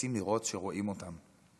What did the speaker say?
רוצים לראות שרואים אותם.